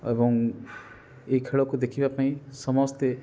ଏବଂ ଏଇ ଖେଳକୁ ଦେଖିବାପାଇଁ ସମସ୍ତେ